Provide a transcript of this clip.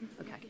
Okay